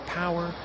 power